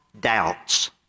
doubts